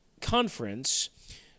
conference